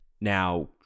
Now